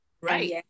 right